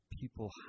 people